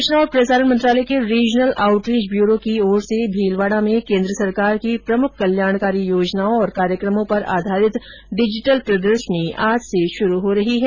सूचना और प्रसारण मंत्रालय के रीजनल आउट रीच ब्यूरो द्वारा भीलवाड़ा में केन्द्र सरकार की प्रमुख कल्याणकारी योजनाओं और कार्यक्रमो पर आधारित डिजिटल प्रदर्शनी आज से शुरू हो रही है